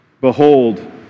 behold